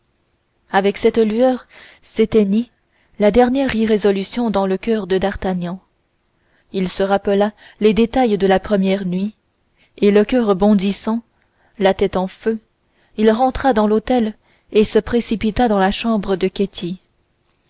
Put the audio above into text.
avec cette lueur s'éteignit la dernière irrésolution dans le coeur de d'artagnan il se rappela les détails de la première nuit et le coeur bondissant la tête en feu il rentra dans l'hôtel et se précipita dans la chambre de